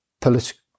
political